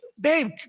babe